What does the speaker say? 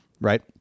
Right